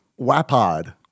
Wapod